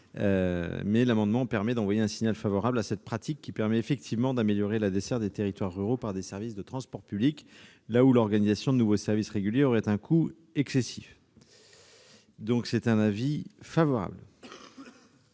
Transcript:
mais la mesure proposée permet d'envoyer un signal favorable à cette pratique qui améliore effectivement la desserte des territoires ruraux par des services de transport public, là où l'organisation de nouveaux services réguliers aurait un coût excessif. L'avis est donc favorable,